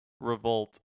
Revolt